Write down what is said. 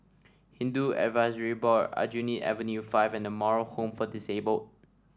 Hindu Advisory Board Aljunied Avenue Five and Moral Home for Disabled